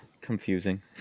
confusing